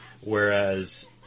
Whereas